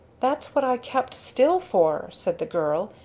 that's what i kept still for! said the girl.